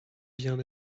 bien